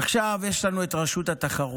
עכשיו, יש לנו את רשות התחרות,